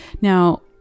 Now